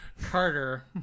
Carter